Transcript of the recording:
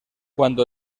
cuando